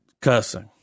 cussing